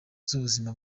z’ubuzima